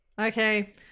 okay